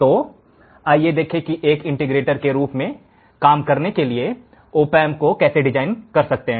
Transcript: तो आइए देखें कि आप इसे एक इंटीग्रेटर के रूप में काम करने के लिए एक ऑप एम्प कैसे डिजाइन कर सकते हैं